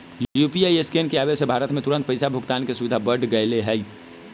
UPI scan के आवे से भारत में तुरंत पैसा भुगतान के सुविधा बढ़ गैले है